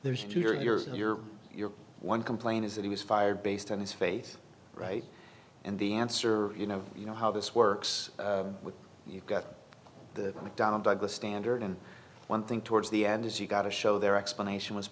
there's two you're you're you're you're one complaint is that he was fired based on his face right and the answer you know you know how this works when you've got the mcdonnell douglas standard and one thing towards the end is you've got to show their explanation was